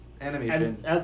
animation